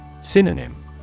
Synonym